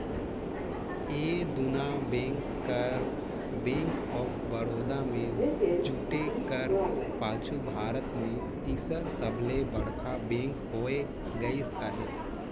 ए दुना बेंक कर bank of Baroda में जुटे कर पाछू भारत में तीसर सबले बड़खा बेंक होए गइस अहे